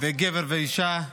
וגבר ואישה מרמלה.